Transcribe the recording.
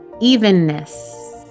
evenness